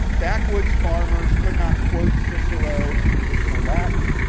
backwoods' farmers could not quote cicero in the original latin.